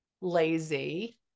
lazy